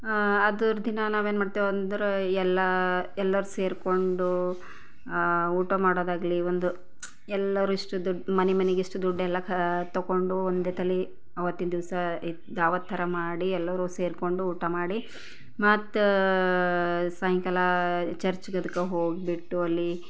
ಅದರ ದಿನ ನಾವೇನು ಮಾಡ್ತೇವೆ ಅಂದ್ರೆ ಎಲ್ಲ ಎಲ್ಲರೂ ಸೇರಿಕೊಂಡು ಊಟ ಮಾಡೋದಾಗ್ಲಿ ಒಂದು ಎಲ್ಲರೂ ಇಷ್ಟು ದುಡ್ಡು ಮನೆ ಮನೆಗೆ ಇಷ್ಟು ದುಡ್ಡೆಲ್ಲ ಖ ತೊಗೊಂಡು ಒಂದೇ ತಲೆ ಆವತ್ತಿನ ದಿವಸ ಇದು ದಾವತ್ ಥರ ಮಾಡಿ ಎಲ್ಲರೂ ಸೇರಿಕೊಂಡು ಊಟ ಮಾಡಿ ಮತ್ತು ಸಾಯಂಕಾಲ ಚರ್ಚ್ಗೆ ಅದಕ್ಕೆ ಹೋಗಿಬಿಟ್ಟು ಅಲ್ಲಿ